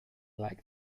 like